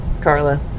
Carla